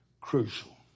crucial